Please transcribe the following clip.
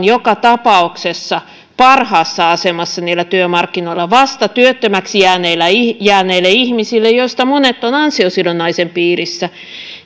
joka tapauksessa parhaassa asemassa työmarkkinoilla vasta työttömäksi jääneille ihmisille joista monet ovat ansiosidonnaisen piirissä